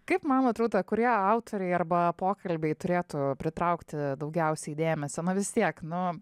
kaip manot rūta kurie autoriai arba pokalbiai turėtų pritraukti daugiausiai dėmesio na vis tiek nu